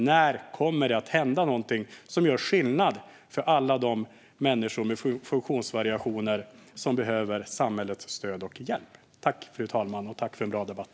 När kommer det att hända någonting som gör skillnad för alla de människor med funktionsvariationer som behöver samhällets stöd och hjälp? Tack för en bra debatt!